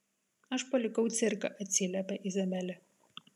aš palikau cirką atsiliepia izabelė